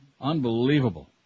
Unbelievable